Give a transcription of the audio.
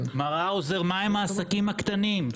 מר האוזר, מה עם העסקים הקטנים?